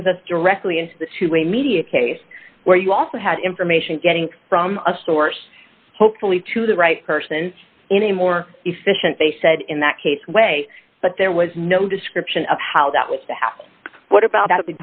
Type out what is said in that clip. brings us directly into the to a media case where you also had information getting from a source hopefully to the right person in a more efficient they said in that case way but there was no description of how that was to happen what about